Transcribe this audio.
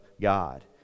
God